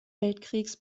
weltkriegs